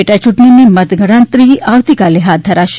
પેટા ચૂંટણીની મતગણતરી આવતીકાલે હાથ ધરાશે